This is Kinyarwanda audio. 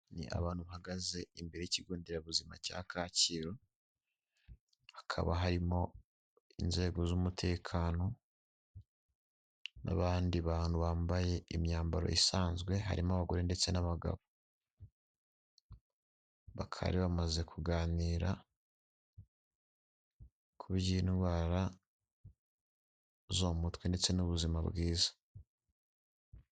Ni abantu bahagaze imbere y'ikigo nderabuzima cya Kacyiru, hakaba harimo inzego z'umutekano, n'abandi bantu bambaye imyambaro isanzwe, harimo abagore ndetse n'abagabo, bakaba bari bamaze kuganira ku ndwara zo mu mutwe ndetse n'ubuzima bwiza.